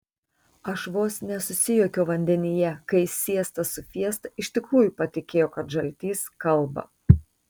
aš vos nesusijuokiau vandenyje kai siesta su fiesta iš tikrųjų patikėjo kad žaltys kalba